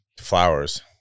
Flowers